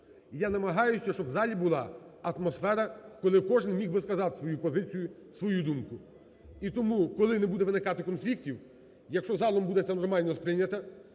Я намагаюся, щоб в залі була атмосфера, коли кожен міг би сказати свою позицію, свою думку. І тому, коли не буде виникати конфліктів, якщо залом буде це нормально сприйняте,